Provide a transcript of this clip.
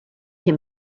him